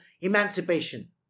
emancipation